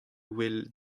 ouel